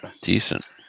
Decent